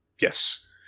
yes